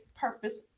Purpose